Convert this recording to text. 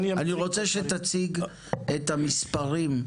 רוצה שתציג את המספרים.